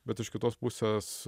bet iš kitos pusės